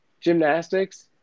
Gymnastics